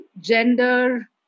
gender